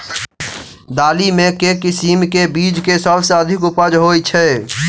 दालि मे केँ किसिम केँ बीज केँ सबसँ अधिक उपज होए छै?